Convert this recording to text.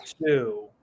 two